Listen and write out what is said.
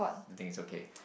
I think it's okay